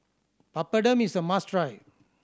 papadum is a must try